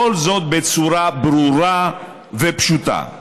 כל זאת בצורה ברורה ופשוטה.